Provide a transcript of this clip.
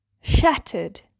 shattered